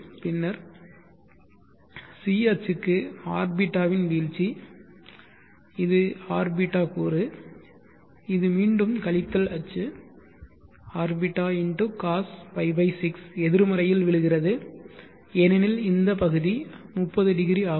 பின்னர் c அச்சுக்கு rβ இன் வீழ்ச்சி இது rβ கூறு இது மீண்டும் கழித்தல் அச்சு rβ cos π 6 எதிர்மறையில் விழுகிறது ஏனெனில் இந்த பகுதி 30 டிகிரி ஆகும்